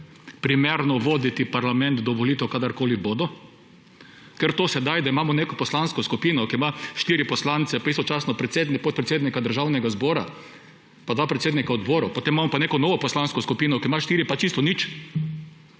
primerno voditi parlament do volitev, kadarkoli že bodo. Ker to sedaj, da imamo neko poslansko skupino, ki ima 4 poslance, pa istočasno podpredsednika Državnega zbora, pa dva predsednika odborov, potem imamo pa neko poslansko skupino, ki ima 4 poslance,